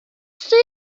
see